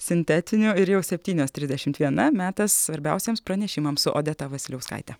sintetinio ir jau septynios trisdešimt viena metas svarbiausiems pranešimams su odeta vasiliauskaite